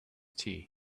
tea